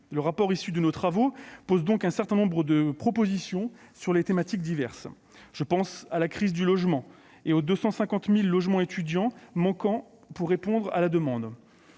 d'information issu de nos travaux verse donc au débat un certain nombre de propositions sur des thématiques diverses. Je pense à la crise du logement et aux 250 000 logements étudiants qui manquent pour répondre à la demande.